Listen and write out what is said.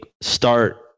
start